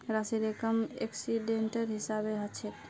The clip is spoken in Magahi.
राशिर रकम एक्सीडेंटेर हिसाबे हछेक